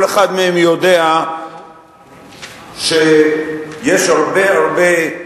כל אחד מהם יודע שיש הרבה ספקות,